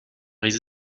des